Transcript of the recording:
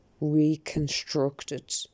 Reconstructed